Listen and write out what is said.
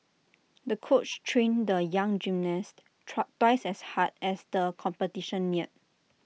the coach trained the young gymnast trust twice as hard as the competition neared